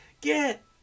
Get